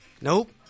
Nope